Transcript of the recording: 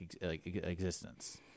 existence